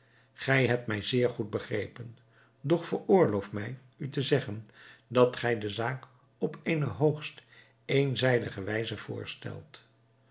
gij hebt mij zeer goed begrepen doch veroorloof mij u te zeggen dat gij de zaak op eene hoogst eenzijdige wijze voorstelt